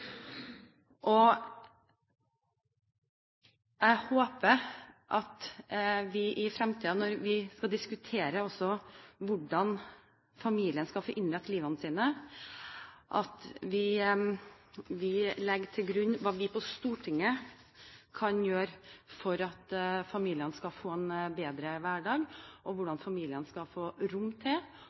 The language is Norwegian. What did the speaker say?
håper at vi i fremtiden, når vi skal diskutere hvordan familiene skal få innrette livet sitt, legger til grunn hva vi på Stortinget kan gjøre for at familiene skal få en bedre hverdag, for at familiene skal få rom til